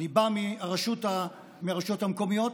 ואני בא מהרשויות המקומיות,